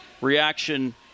reaction